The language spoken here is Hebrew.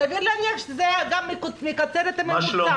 סביר להניח שזה היה גם מקצר את הממוצע.